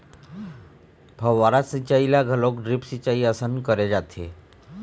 फव्हारा सिंचई ल घलोक ड्रिप सिंचई असन करे जाथे